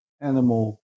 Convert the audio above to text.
animal